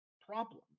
problem